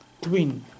twin